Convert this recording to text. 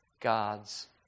God's